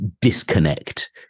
disconnect